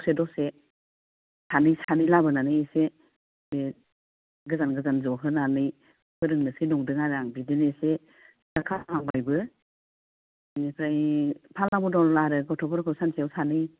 दसे दसे सानै सानै लाबोनानै एसे गोजान गोजान ज'होनानै फोरोंनोसै नंदों आरो आं बिदिनो एसे दा खालामहांबायबो एनिफ्राय फाला बदल आरो गथ'फोरखौ सानसेयाव सानै